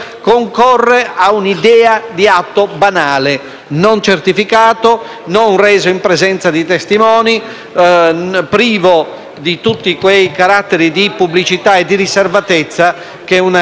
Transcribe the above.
di tutti quei caratteri di pubblicità e di riservatezza che una dichiarazione così rilevante dovrebbe avere. Molto meno che vendere un motorino usato.